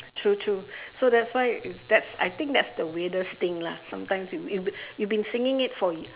true true so that's why that's I think that's the weirdest thing lah sometimes you you you've been singing it for